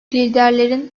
liderlerin